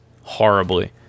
horribly